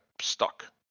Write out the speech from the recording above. stuck